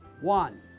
One